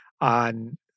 on